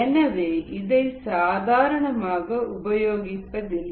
எனவே இதை சாதாரணமாக உபயோகிப்பதில்லை